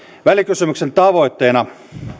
välikysymyksen tavoitteena